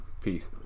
Peace